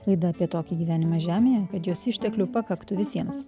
laida apie tokį gyvenimą žemėje kad jos išteklių pakaktų visiems